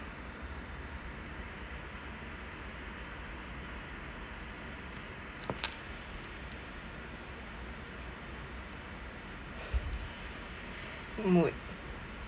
mood